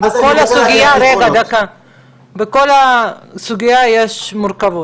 כי בכל הסוגייה יש מורכבות.